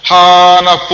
Hana